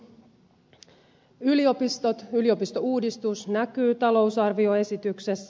yliopistot ja yliopistouudistus näkyvät talousarvioesityksessä